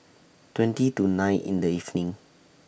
twenty to nine in The evening